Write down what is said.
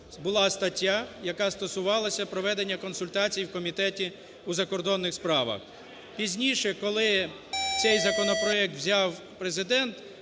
була стаття, яка стосувалася проведення консультацій у Комітеті у закордонних справах. Пізніше, коли цей законопроект взяв Президент,